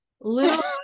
little